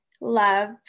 love